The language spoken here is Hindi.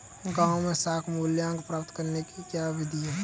गाँवों में साख मूल्यांकन प्राप्त करने की क्या विधि है?